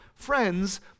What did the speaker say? friends